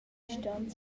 ston